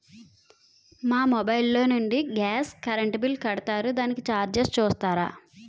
మా మొబైల్ లో నుండి గాస్, కరెన్ బిల్ కడతారు దానికి చార్జెస్ చూస్తారా?